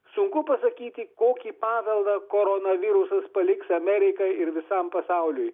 sunku pasakyti kokį paveldą koronavirusas paliks amerikai ir visam pasauliui